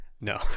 no